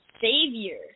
Savior